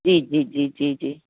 जी जी जी जी जी